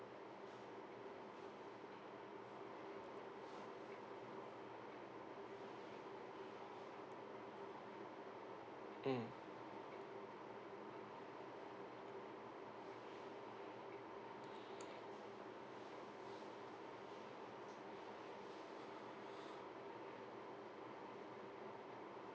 mm